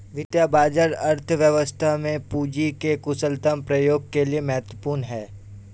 वित्तीय बाजार अर्थव्यवस्था में पूंजी के कुशलतम प्रयोग के लिए महत्वपूर्ण है